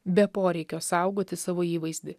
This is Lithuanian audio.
be poreikio saugoti savo įvaizdį